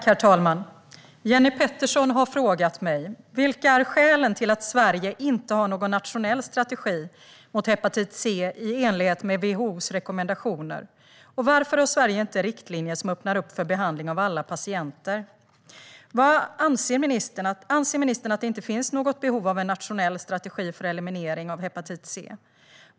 Herr talman! Jenny Petersson har frågat mig: Vilka är skälen till att Sverige inte har någon nationell strategi mot hepatit C i enlighet med WHO:s rekommendationer, och varför har Sverige inte riktlinjer som öppnar upp för behandling av alla patienter? Anser ministern att det inte finns något behov av en nationell strategi för eliminering av hepatit C?